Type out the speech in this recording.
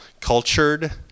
cultured